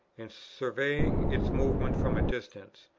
and surveying its movements from a distance,